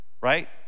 right